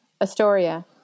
Astoria